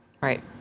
Right